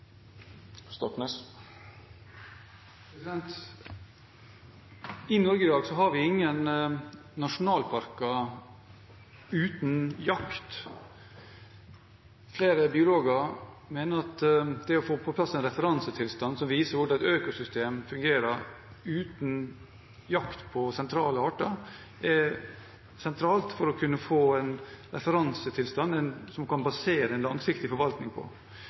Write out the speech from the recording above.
I Norge har vi i dag ingen nasjonalparker uten jakt. Flere biologer mener at det å få på plass en referansetilstand som viser hvordan økosystem fungerer uten jakt på sentrale arter, er sentralt for å kunne få en referansetilstand som en kan basere en langsiktig forvaltning på.